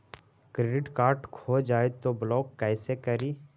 Credit card खो जाए तो ब्लॉक कैसे करी?